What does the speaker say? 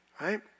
Right